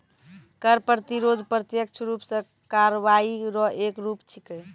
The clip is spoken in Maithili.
कर प्रतिरोध प्रत्यक्ष रूप सं कार्रवाई रो एक रूप छिकै